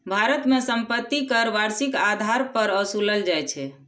भारत मे संपत्ति कर वार्षिक आधार पर ओसूलल जाइ छै